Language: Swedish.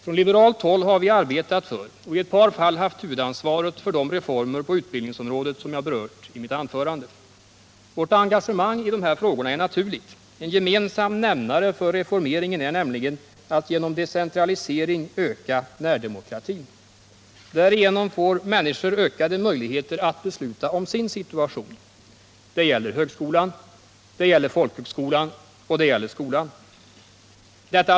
Från liberalt håll har vi arbetat för och i ett par fall haft huvudansvaret för de reformer på utbildningsområdet som jag berört i mitt anförande. Vårt engagemang i dessa frågor är naturligt. En gemensam nämnare för reformeringen är nämligen att genom decentralisering öka närdemokratin. Därigenom får människor ökade möjligheter att besluta om sin situation. Det gäller högskolan, det gäller folkhögskolan och det gäller skolan i allmänhet.